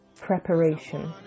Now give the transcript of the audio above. preparation